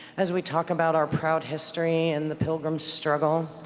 as we talk about our proud history and the pilgrims' struggle,